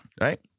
right